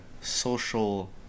social